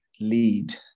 lead